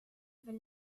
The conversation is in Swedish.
väl